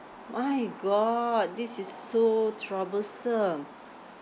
my god this is so troublesome